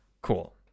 Cool